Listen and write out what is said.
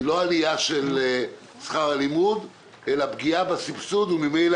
לא עלייה של שכר הלימוד אלא פגיעה בסבסוד וממילא